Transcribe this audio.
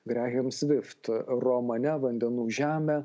grehem svift romane vandenų žemė